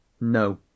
NO